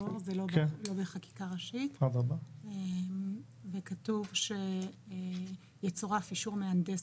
הפטור זה לא בחקיקה ראשית וכתוב שיצורף אישור מהנדס